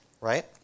right